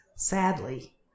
Sadly